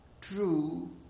true